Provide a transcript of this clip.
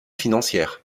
financière